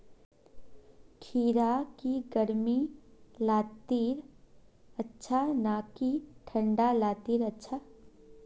खीरा की गर्मी लात्तिर अच्छा ना की ठंडा लात्तिर अच्छा?